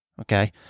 Okay